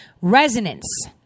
resonance